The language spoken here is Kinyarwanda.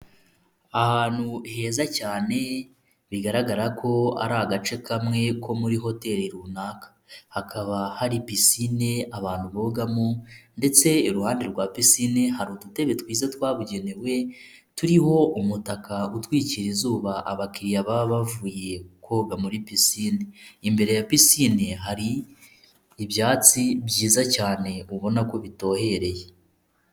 Ahantu heza cyane bigaragara ko ari agace kamwe ko muri hoteli runaka, hakaba hari pisine abantu bogamo ndetse iruhande rwa pisine hari udutebe twiza twabugenewe turiho umutaka utwikira izuba abakiriya baba bavuye koga muri pisine, imbere ya pisine hari ibyatsi byiza cyane ubona ko bitohereye.